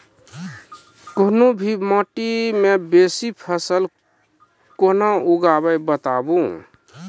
कूनू भी माटि मे बेसी फसल कूना उगैबै, बताबू?